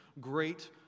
great